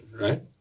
right